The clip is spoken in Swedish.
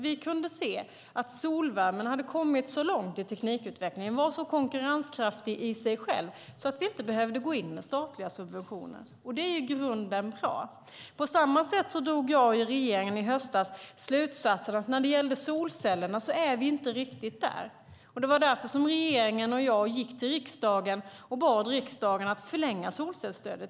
Vi kunde se att solvärmen hade kommit så långt i teknikutvecklingen och var så konkurrenskraftig i sig själv att vi inte behövde gå in med statliga subventioner. Det är i grunden bra. På samma sätt drog jag och regeringen i höstas slutsatsen att vi inte riktigt är där när det gäller solcellerna. Det var därför regeringen och jag bad riksdagen att förlänga solcellsstödet.